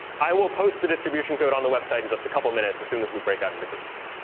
i will post the distribution code on the website in just a couple of minutes as soon as we break out into groups.